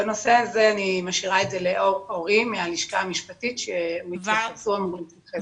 בנושא הזה אני משאירה את זה לאורי מהלשכה המשפטית שיתייחס לזה.